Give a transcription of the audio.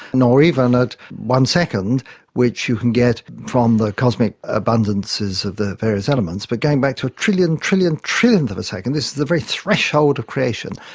nor even at one second which you can get from the cosmic abundances of the various elements, but going back to a trillion trillion trillionth of a second, this is the very threshold of creation,